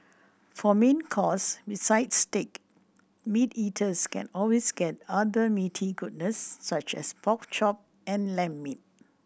for main course besides steak meat eaters can always get other meaty goodness such as pork chop and lamb meat